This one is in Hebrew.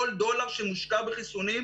כל דולר שמושקע בחיסונים,